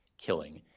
killing